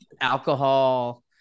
alcohol